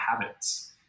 habits